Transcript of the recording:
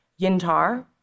Yintar